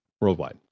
Worldwide